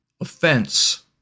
offense